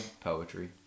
poetry